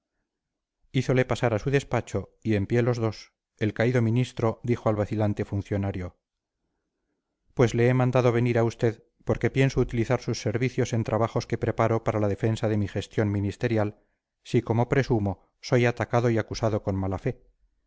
hízole pasar a su despacho y en pie los dos el caído ministro dijo al vacilante funcionario pues le he mandado venir a usted porque pienso utilizar sus servicios en trabajos que preparo para la defensa de mi gestión ministerial si como presumo soy atacado y acusado con mala fe